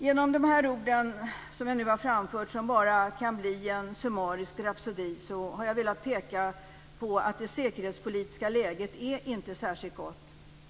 Genom de ord jag nu har framfört, som bara kan bli en summarisk rapsodi, har jag velat peka på att det säkerhetspolitiska läget inte är särskilt gott.